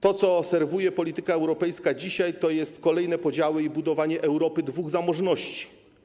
To, co serwuje polityka europejska dzisiaj, to kolejne podziały i budowanie Europy dwóch zamożności.